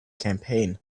campaign